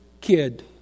kid